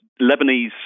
Lebanese